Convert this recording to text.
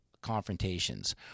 confrontations